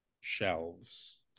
shelves